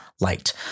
light